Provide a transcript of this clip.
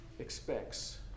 expects